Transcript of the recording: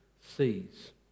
sees